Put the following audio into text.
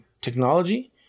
technology